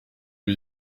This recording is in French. lui